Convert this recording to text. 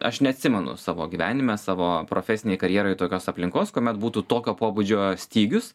aš neatsimenu savo gyvenime savo profesinėj karjeroj tokios aplinkos kuomet būtų tokio pobūdžio stygius